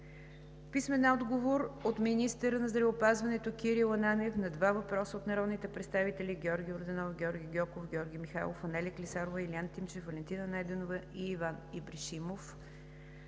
и Иван Ибришимов; - министъра на здравеопазването Кирил Ананиев на два въпроса от народните представители Георги Йорданов, Георги Гьоков, Георги Михайлов, Анелия Клисарова, Илиян Тимчев, Валентина Найденова и Иван Ибришимов;